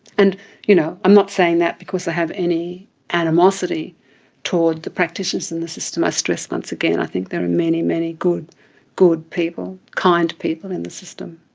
and you know i'm not saying that because i have any animosity towards the practitioners in the system, i stress once again i think there are many, many good good people, kind people in the system.